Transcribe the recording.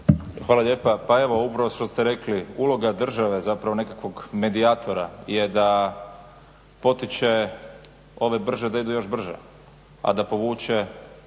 Hvala lijepa. Pa evo upravo što ste rekli uloga države zapravo nekakvog medijatora je da potiče ove brže da idu još brže, a da povuče